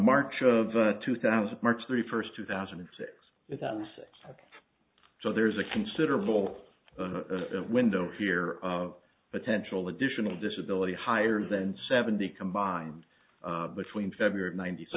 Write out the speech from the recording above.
march of two thousand marks three first two thousand and six with alice so there's a considerable window here potential additional disability higher than seventy combined between february ninety so